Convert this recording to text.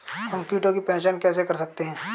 हम कीटों की पहचान कैसे कर सकते हैं?